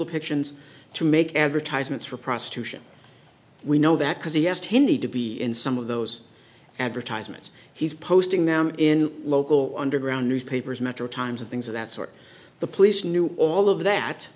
picture to make advertisements for prostitution we know that because he has tended to be in some of those advertisements he's posting them in local underground newspapers metro times and things of that sort the police knew all of that